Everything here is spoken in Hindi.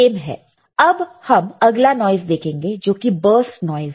अब हम अगला नॉइस देखेंगे जो कि बरस्ट नॉइस है